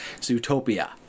Zootopia